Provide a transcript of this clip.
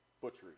Butchery